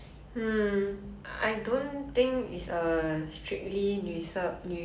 people would like black ah